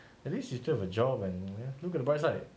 at least you still have a job and look at the bright side